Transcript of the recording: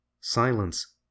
Silence